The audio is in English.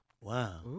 wow